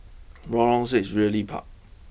Lorong six Realty Park